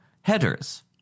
Headers